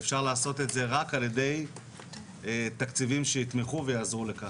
ואפשר לעשות את זה רק על ידי תקציבים שיתמכו ויעזרו לכך.